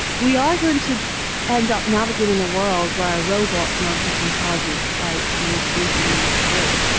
we are going to end up navigating a world where robots and artificial intelligence play an increasingly large role,